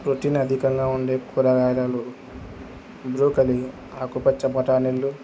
protein అధికంగా ఉండే కూరగాయలు బ్రూకలి ఆకుపచ్చ బఠాణీలు